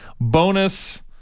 bonus